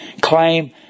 claim